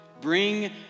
Bring